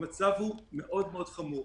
המצב הוא מאוד חמור.